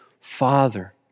father